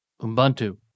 Ubuntu